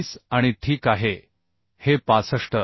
25 आणि ठीक आहे हे 65